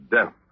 Death